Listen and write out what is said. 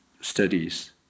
studies